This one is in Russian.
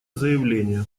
заявление